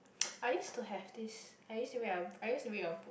I used to have this I used to read a I used to read a book